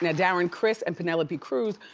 and darren criss and penelope cruz,